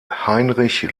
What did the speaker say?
heinrich